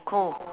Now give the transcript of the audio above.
cold